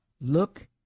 Look